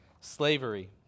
slavery